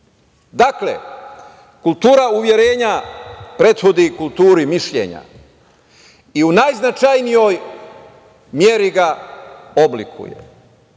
kultura uverenja prethodni kulturi mišljenja i u najznačajnijoj meri ga oblikuje,